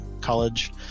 college